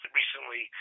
recently